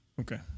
Okay